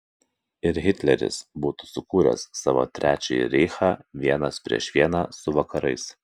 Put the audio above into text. ir hitleris būtų sukūręs savo trečiąjį reichą vienas prieš vieną su vakarais